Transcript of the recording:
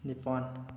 ꯅꯤꯄꯥꯟ